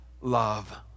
love